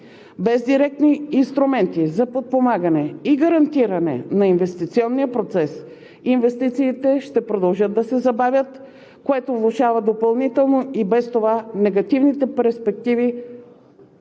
Без директни инструменти за подпомагане и гарантиране на инвестиционния процес инвестициите ще продължат да се забавят, което влошава допълнително и без това негативните перспективи